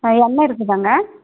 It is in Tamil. ஆ எண்ணெய் இருக்குதாங்க